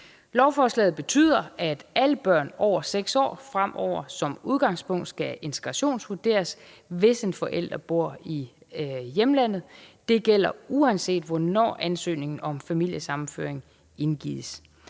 Lovforslaget betyder, at alle børn over 6 år fremover som udgangspunkt skal integrationsvurderes, hvis en forælder bor i hjemlandet. Det gælder, uanset hvornår ansøgningen om familiesammenføring indgives.